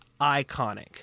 iconic